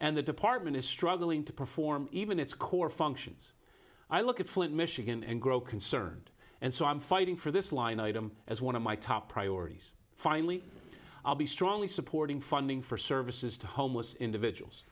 and the department is struggling to perform even its core functions i look at flint michigan and grow concerned and so i'm fighting for this line item as one of my top priorities finally i'll be strongly supporting funding for services to homeless individuals